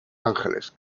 ángeles